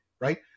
right